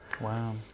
Wow